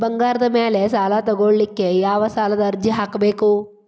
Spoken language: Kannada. ಬಂಗಾರದ ಮ್ಯಾಲೆ ಸಾಲಾ ತಗೋಳಿಕ್ಕೆ ಯಾವ ಸಾಲದ ಅರ್ಜಿ ಹಾಕ್ಬೇಕು?